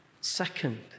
Second